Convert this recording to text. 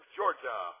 Georgia